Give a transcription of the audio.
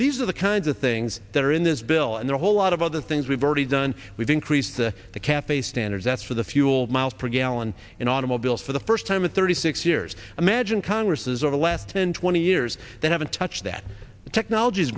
these are the kinds of things that are in this bill and a whole lot of other things we've already done we've increased the the cafe standards that's for the fuel miles per gallon in automobiles for the first time in thirty six years imagine congresses of the last ten twenty years that haven't touched that technology has